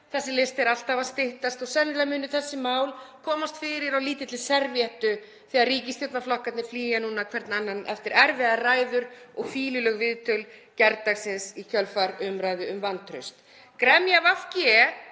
þessi listi er alltaf að styttast og sennilega munu þessi mál komast fyrir á lítilli servéttu þegar ríkisstjórnarflokkarnir flýja núna hver annan eftir erfiðar ræður og fýluleg viðtöl gærdagsins í kjölfar umræðu um vantraust.